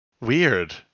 Weird